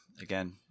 Again